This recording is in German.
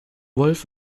wolf